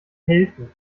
helfen